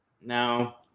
no